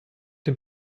den